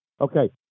Okay